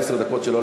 בעשר דקות שלו,